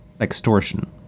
extortion